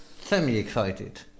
Semi-excited